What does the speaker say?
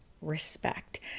respect